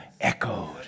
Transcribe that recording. echoed